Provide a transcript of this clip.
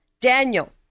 Daniel